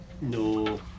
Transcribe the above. No